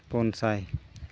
ᱯᱩᱱ ᱥᱟᱭ